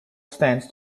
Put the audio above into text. stands